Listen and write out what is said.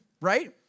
right